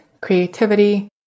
creativity